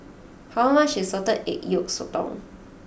how much is Salted Egg Yolk Sotong